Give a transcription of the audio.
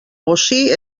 bocí